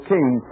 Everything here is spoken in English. King